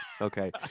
Okay